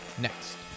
next